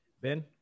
ben